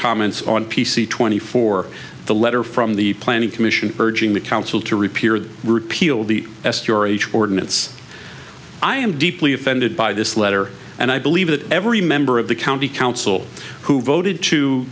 comments on p c twenty four the letter from the planning commission urging the council to repair the repeal of the s you're a ordinance i am deeply offended by this letter and i believe that every member of the county council who voted to